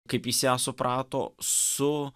kaip jis ją suprato su